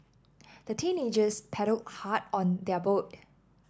the teenagers paddled hard on their boat